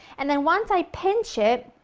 and then once i pinch it,